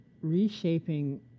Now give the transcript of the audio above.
reshaping